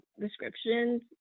descriptions